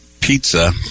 Pizza